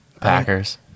Packers